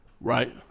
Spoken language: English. Right